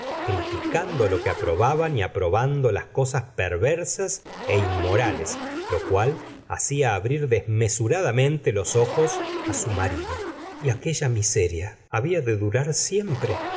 criticando lo que aprobaban y aprobando las cosas perversas é inmorales lo cual hacía abrir desmesuradamente los ojos su marido y aquella miseria habla de durar siempre